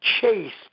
chased